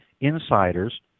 insiders